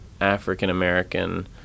African-American